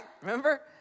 Remember